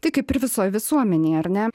tai kaip ir visoj visuomenėj ar ne